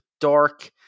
dark